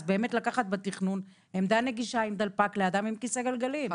אז לקחת בתכנון עמדה נגישה עם דלפק לאדם עם כיסא גלגלים,